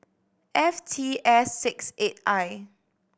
F T S six eight I